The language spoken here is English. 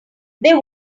they